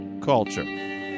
Culture